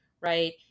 Right